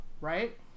right